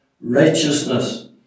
righteousness